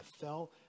fell